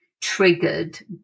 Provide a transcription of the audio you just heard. triggered